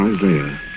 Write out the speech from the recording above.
Isaiah